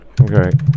Okay